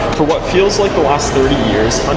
for what feels like the last thirty years,